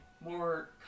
more